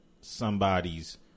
somebody's